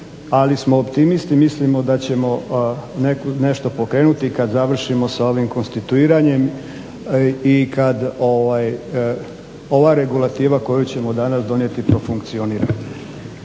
ali smo optimisti. Mislimo da ćemo nešto pokrenuti i kad završimo sa ovim konstituiranjem i kad ova regulativa koju ćemo danas donijeti profunkcionira.